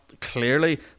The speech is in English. clearly